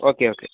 okay okay